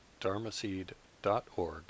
dharmaseed.org